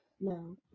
No